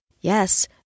yes